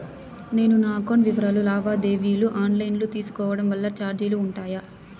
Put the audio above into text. నేను నా అకౌంట్ వివరాలు లావాదేవీలు ఆన్ లైను లో తీసుకోవడం వల్ల చార్జీలు ఉంటాయా?